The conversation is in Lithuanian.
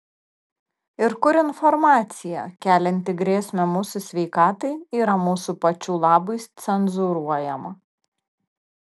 ir kur informacija kelianti grėsmę mūsų sveikatai yra mūsų pačių labui cenzūruojama